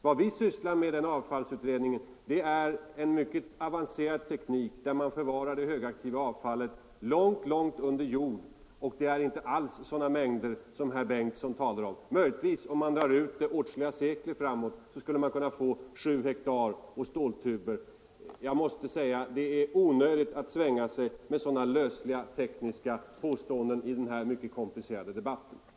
Vad vi sysslar med i avfallsutredningen är en mycket avancerad teknik, där det högaktiva avfallet förvaras långt ner under jord, och det rör sig inte alls om sådana mängder som herr Bengtson talar om - om man inte drar ut tidsperspektivet åtskilliga sekel framåt. Då skulle man möjligtvis kunna komma upp till 7 hektar och ståltuber. Jag måste säga att man omöjligt kan svänga sig med sådana lösliga tekniska påståenden i den här mycket komplicerade debatten.